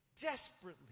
desperately